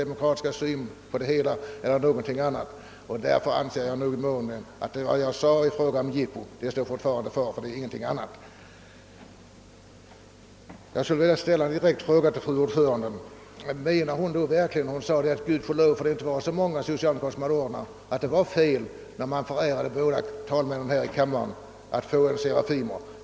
Därför vidhåller jag vad jag tidigare sade om jippo. Motionen är ingenting annat än detta. Jag vill ställa den direkta frågan till utskottets ordförande: Menar fru Eriksson i Stockholm verkligen med sina ord, att det gudskelov inte är så många socialdemokrater som tagit emot ordnar, att det var oriktigt att ge de båda talmännen här i kammaren Serafimerorden?